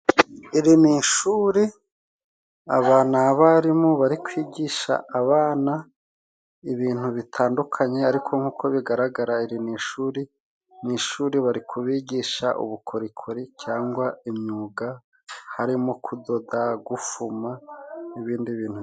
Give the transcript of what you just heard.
Iri ni ishuri aba ni abarimu bari kwigisha abana ibintu bitandukanye, ariko nk'uko bigaragara iri ni ishuri mu ishuri bari kubigisha ubukorikori, cyangwa imyuga harimo kudoda, gufuma n'ibindi bintu...